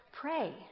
Pray